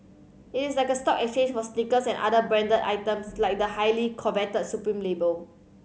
it is like a stock exchange for sneakers and other branded items like the highly coveted Supreme label